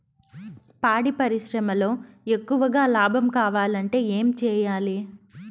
పాడి పరిశ్రమలో ఎక్కువగా లాభం కావాలంటే ఏం చేయాలి?